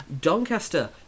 Doncaster